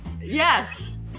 Yes